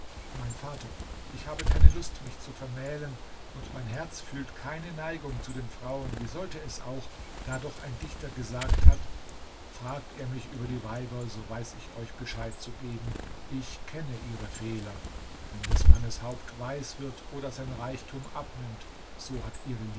mein vater ich habe keine lust mich zu vermählen und mein herz fühlt keine neigung zu den frauen wie sollte es auch da doch ein dichter gesagt hat fragt ihr mich über die weiber so weiß ich euch bescheid zu geben ich kenne ihre fehler wenn des mannes haupt weiß wird oder sein reichtum abnimmt so hat